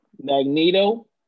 Magneto